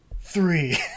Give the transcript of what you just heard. three